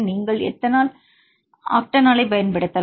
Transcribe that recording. நீங்கள் எத்தனால் ஆக்டோனோலைப் பயன்படுத்தலாம்